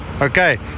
Okay